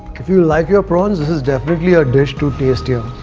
if you like your prawns, this is definitely a dish to taste here.